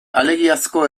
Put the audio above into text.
alegiazko